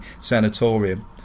sanatorium